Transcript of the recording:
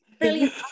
Brilliant